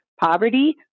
poverty